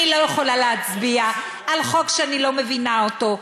אני לא יכולה להצביע על חוק שאני לא מבינה אותו,